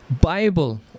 Bible